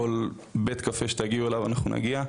כל בית קפה שתגיעו אליו, אנחנו נגיע,